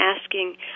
asking